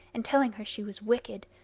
and telling her she was wicked.